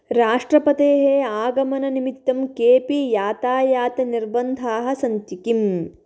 राष्ट्रपतेः आगमननिमित्तं केपि यातायात निर्बन्धाः सन्ति किम्